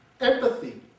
empathy